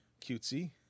cutesy